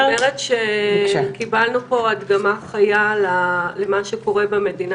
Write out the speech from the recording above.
אני אומרת שקיבלנו פה הדגמה חיה למה שקורה במדינה,